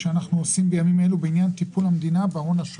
אנחנו עוברים לדון בתקציב משרד מבקר המדינה ונציב תלונות